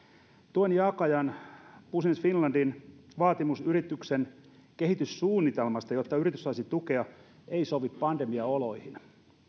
tuen jakajan business finlandin vaatimus yrityksen kehityssuunnitelmasta jotta yritys saisi tukea ei sovi pandemiaoloihin